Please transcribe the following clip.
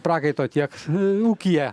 prakaito tiek ūkyje